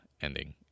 ending